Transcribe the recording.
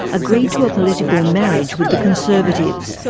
agreed to a political marriage with the conservatives,